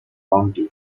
bounty